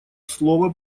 слово